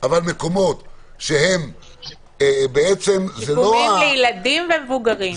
אבל מקומות שהם ---- שיקומיים לילדים ולמבוגרים.